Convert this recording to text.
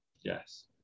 Yes